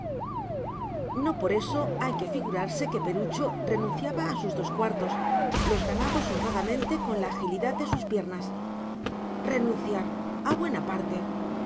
no por eso hay que figurarse que perucho renunciaba a sus dos cuartos los ganados honradamente con la agilidad de sus piernas renunciar a buena parte